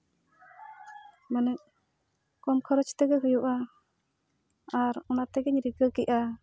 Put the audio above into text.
ᱢᱟᱱᱮ ᱠᱚᱢ ᱠᱷᱚᱨᱚᱪ ᱛᱮᱜᱮ ᱦᱩᱭᱩᱜᱼᱟ ᱟᱨ ᱚᱱᱟ ᱛᱮᱜᱮᱧ ᱨᱤᱠᱟᱹ ᱠᱮᱜᱼᱟ